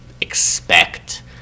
expect